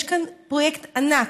יש כאן פרויקט ענק.